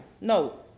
No